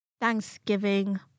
thanksgiving